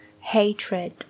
Hatred